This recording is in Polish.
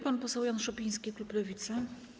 Pan poseł Jan Szopiński, klub Lewica.